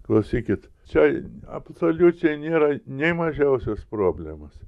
klausykit čia absoliučiai nėra nė mažiausios problemos